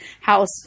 house